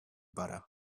butter